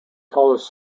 tallest